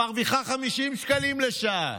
היא מרוויחה 50 שקלים לשעה.